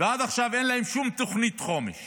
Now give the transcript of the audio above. ועד עכשיו אין להם שום תוכנית חומש